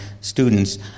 students